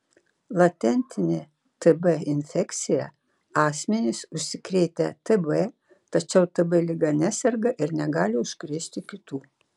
latentinė tb infekcija asmenys užsikrėtę tb tačiau tb liga neserga ir negali užkrėsti kitų